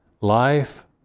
Life